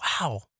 Wow